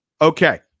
Okay